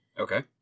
Okay